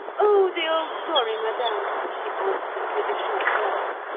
oh! the old story, madame she answered, with a short laugh.